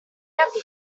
happy